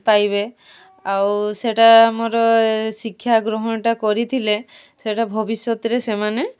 ପାଇବେ ଆଉ ସେଇଟା ଆମର ଶିକ୍ଷା ଗ୍ରହଣଟା କରିଥିଲେ ସେଇଟା ଭବିଷ୍ୟତରେ ସେମାନେ